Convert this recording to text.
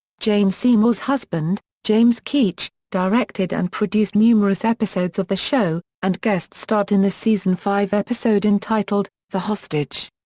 jane seymour's husband, james keach, directed and produced numerous episodes of the show, and guest starred in the season five episode entitled, the hostage.